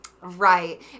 Right